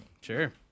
Sure